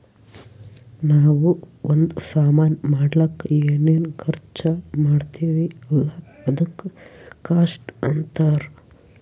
ನಾವೂ ಒಂದ್ ಸಾಮಾನ್ ಮಾಡ್ಲಕ್ ಏನೇನ್ ಖರ್ಚಾ ಮಾಡ್ತಿವಿ ಅಲ್ಲ ಅದುಕ್ಕ ಕಾಸ್ಟ್ ಅಂತಾರ್